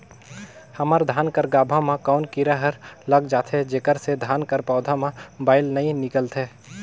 हमर धान कर गाभा म कौन कीरा हर लग जाथे जेकर से धान कर पौधा म बाएल नइ निकलथे?